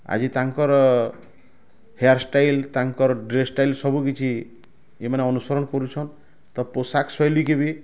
ଆଜି ତାଙ୍କର୍ hairstyle ତାଙ୍କର୍ ଡ୍ରେସ୍ ଷ୍ଟାଇଲ୍ ସବୁ କିଛି ଏଇ ମାନେ ଅନୁସରଣ କରୁଛନ୍ ତ ପୋଷାକ ଶୌଲି କି ବି